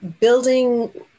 building